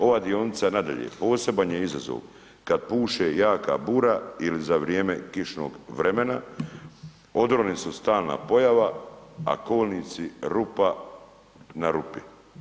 Ova dionica nadalje poseban je izazov kad puše jaka bura ili za vrijeme kišnog vremena odroni su stalna pojava a kolnici rupa na rupi.